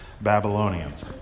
Babylonians